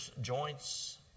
joints